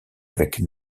avec